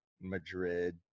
Madrid